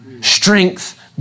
Strength